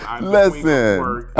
Listen